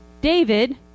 David